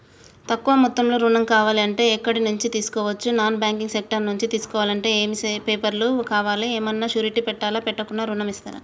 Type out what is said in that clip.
తక్కువ మొత్తంలో ఋణం కావాలి అంటే ఎక్కడి నుంచి తీసుకోవచ్చు? నాన్ బ్యాంకింగ్ సెక్టార్ నుంచి తీసుకోవాలంటే ఏమి పేపర్ లు కావాలి? ఏమన్నా షూరిటీ పెట్టాలా? పెట్టకుండా ఋణం ఇస్తరా?